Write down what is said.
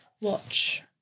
watch